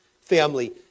family